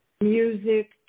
music